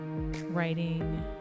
writing